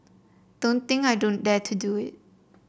don't think I don't dare to do it